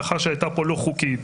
לאחר שהייתה פה לא חוקית.